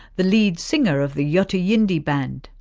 the lead singer of the yothu yindi band,